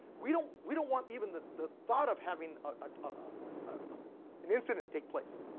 we don't we don't want even the the thought of having ah ah an ah an incident takes place.